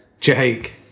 Jake